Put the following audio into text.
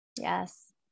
Yes